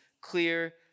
clear